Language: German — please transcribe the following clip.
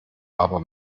aber